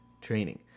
training